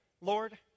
Lord